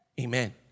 Amen